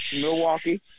Milwaukee